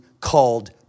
called